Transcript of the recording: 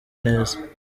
neza